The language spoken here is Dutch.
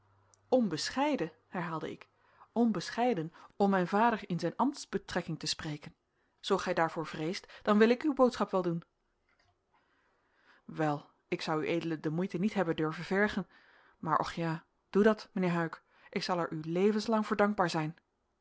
onbescheiden herhaalde ik onbescheiden om mijn vader in zijn ambtsbetrekking te spreken zoo gij daarvoor vreest dan wil ik uw boodschap wel doen wel ik zou ued de moeite niet hebben durven vergen maar och ja doe dat mijnheer huyck ik zal er u levenslang voor dankbaar zijn